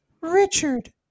Richard